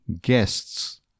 Guests